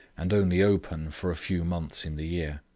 and only open for a few months in the year.